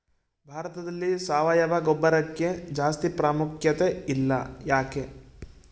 ಭಾರತದಲ್ಲಿ ಸಾವಯವ ಗೊಬ್ಬರಕ್ಕೆ ಜಾಸ್ತಿ ಪ್ರಾಮುಖ್ಯತೆ ಇಲ್ಲ ಯಾಕೆ?